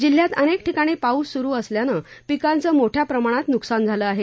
जिल्ह्यात अनेक ठिकाणी पाऊस सूरु असल्यानं पिकांचं मोठ्या प्रमाणात नुकसान झालं आहे